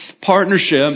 partnership